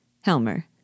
Helmer